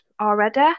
already